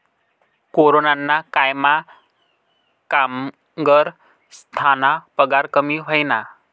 कोरोनाना कायमा कामगरस्ना पगार कमी व्हयना